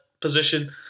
position